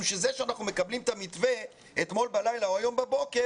שזה שאנחנו מקבלים את המתווה אתמול בלילה הוא הבוקר,